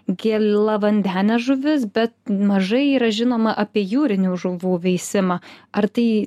gėlavandenes žuvis bet mažai yra žinoma apie jūrinių žuvų veisimą ar tai